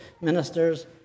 ministers